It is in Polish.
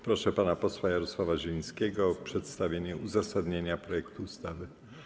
Proszę pana posła Jarosława Zielińskiego o przedstawienie uzasadnienia projektu ustawy.